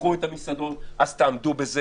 שתפתחו את המסעדות אז תעמדו בזה.